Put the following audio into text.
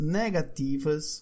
negativas